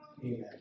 Amen